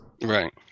Right